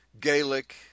Gaelic